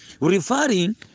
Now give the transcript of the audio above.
referring